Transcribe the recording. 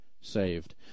saved